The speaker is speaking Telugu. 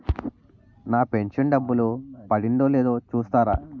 నా పెను షన్ డబ్బులు పడిందో లేదో చూస్తారా?